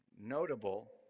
notable